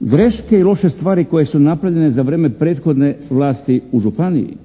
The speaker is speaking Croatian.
greške i loše stvari koje su napravljene za vrijeme prethodne vlasti u županiji,